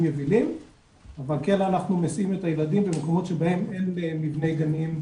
יבילים - אבל כן אנחנו נשים את הילדים במקומות שבהם אין מבניי גנים,